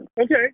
Okay